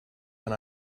than